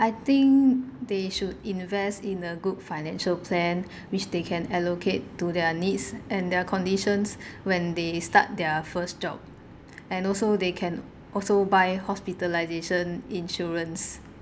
I think they should invest in a good financial plan which they can allocate to their needs and their conditions when they start their first job and also they can also buy hospitalisation insurance